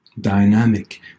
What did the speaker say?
dynamic